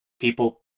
people